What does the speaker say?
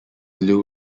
lou